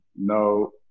no